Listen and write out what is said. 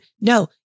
No